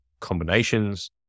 combinations